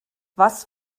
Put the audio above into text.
was